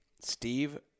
steve